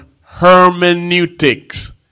hermeneutics